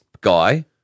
guy